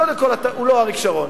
קודם כול, הוא לא אריק שרון.